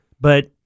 But-